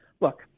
look